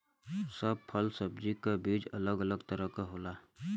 सब फल सब्जी क बीज अलग अलग तरह क होला